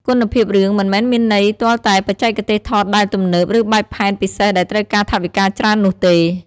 គុណភាពរឿងមិនមែនមានន័យទាល់តែបច្ចេកទេសថតដែលទំនើប ឬបែបផែនពិសេសដែលត្រូវការថវិកាច្រើននោះទេ។